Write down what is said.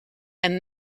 and